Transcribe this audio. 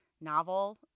novel